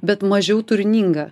bet mažiau turininga